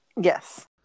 Yes